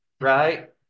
right